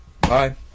Bye